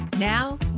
Now